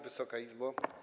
Wysoka Izbo!